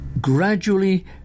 gradually